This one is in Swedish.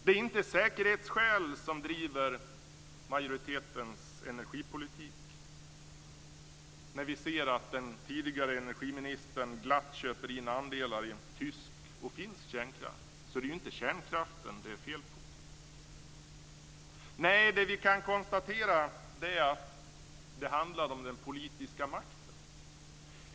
Det är inte säkerhetsskäl som driver majoritetens energipolitik när vi ser att den tidigare energiministern glatt köper in andelar i tysk och finsk kärnkraft. Det är alltså inte kärnkraften det är fel på.